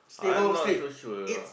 I'm not so sure